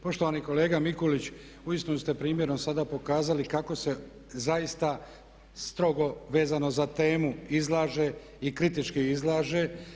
Poštovani kolega Mikulić uistinu ste primjerom sada pokazali kako se zaista strogo, vezano za temu izlaže i kritički izlaže.